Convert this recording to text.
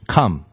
Come